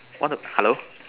want to hello